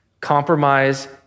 Compromise